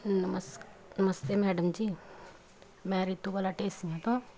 ਨਮਸ ਨਮਸਤੇ ਮੈਡਮ ਜੀ ਮੈਂ ਰੀਤੂ ਬਾਲਾ ਢੇਸੀਆਂ ਤੋਂ